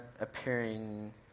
appearing